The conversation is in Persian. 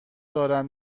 دارد